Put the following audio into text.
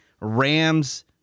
Rams